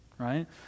Right